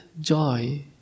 joy